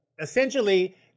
Essentially